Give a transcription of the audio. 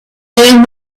leave